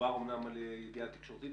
דובר אומנם על ידיעה תקשורתית,